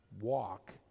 walk